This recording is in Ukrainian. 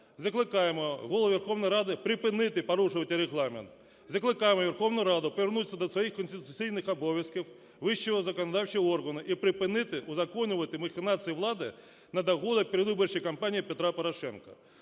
Закликаємо Голову Верховної Ради припинити порушувати Регламент. Закликаємо Верховну Раду повернутись до своїх конституційних обов'язків вищого законодавчого органу і припинити узаконювати махінації влади на догоду передвиборчої кампанії Петра Порошенка.